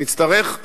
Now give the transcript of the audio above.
נצטרך,